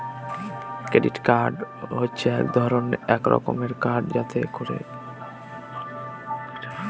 credit card হচ্ছে এক রকমের কার্ড যাতে করে টাকা ক্রেডিট নেয়